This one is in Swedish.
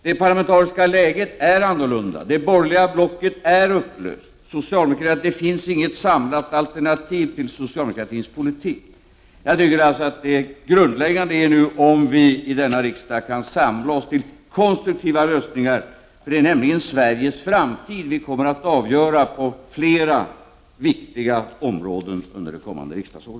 Det parlamentariska läget är annorlunda. Det borgerliga blocket är upplöst. Det finns inget samlat alternativ till socialdemokratins politik. Det grundläggande är nu om vi nu vid detta riksmöte kan samla oss till konstruktiva lösningar. Vi kommer nämligen på flera viktiga områden att avgöra Sveriges framtid under ett kommande riksdagsår.